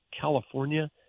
California